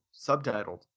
subtitled